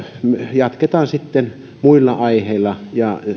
jatketaan sitten muilla aiheilla